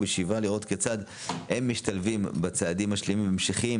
ובשאיפה לראות כיצד הם משתלבים בצעדים המשלימים וממשיכים